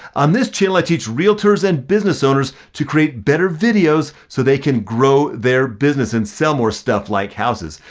on this channel i teach realtors and business owners to create better videos so they can grow their business and sell more stuff like houses.